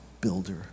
builder